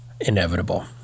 inevitable